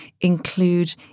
include